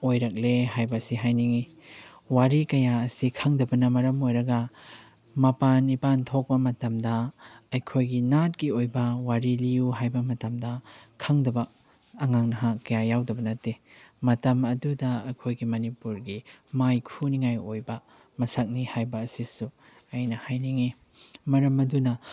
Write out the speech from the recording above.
ꯑꯣꯏꯔꯛꯂꯦ ꯍꯥꯏꯕꯁꯦ ꯍꯥꯏꯅꯤꯡꯉꯤ ꯋꯥꯔꯤ ꯀꯌꯥ ꯑꯁꯤ ꯈꯪꯗꯕꯅ ꯃꯔꯝ ꯑꯣꯏꯔꯒ ꯃꯄꯥꯟ ꯏꯄꯥꯟ ꯊꯣꯛꯄ ꯃꯇꯝꯗ ꯑꯩꯈꯣꯏꯒꯤ ꯅꯥꯠꯀꯤ ꯑꯣꯏꯕ ꯋꯥꯔꯤ ꯂꯤꯌꯨ ꯍꯥꯏꯕ ꯃꯇꯝꯗ ꯈꯪꯗꯕ ꯑꯉꯥꯡ ꯅꯍꯥ ꯀꯌꯥ ꯌꯥꯎꯗꯕ ꯅꯠꯇꯦ ꯃꯇꯝ ꯑꯗꯨꯗ ꯑꯩꯈꯣꯏꯒꯤ ꯃꯅꯤꯄꯨꯔꯒꯤ ꯃꯥꯏ ꯈꯨꯅꯤꯡꯉꯥꯏ ꯑꯣꯏꯕ ꯃꯁꯛꯅꯤ ꯍꯥꯏꯕ ꯑꯁꯤꯁꯨ ꯑꯩꯅ ꯍꯥꯏꯅꯤꯡꯉꯤ ꯃꯔꯝ ꯑꯗꯨꯅ